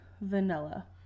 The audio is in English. vanilla